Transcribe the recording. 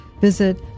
visit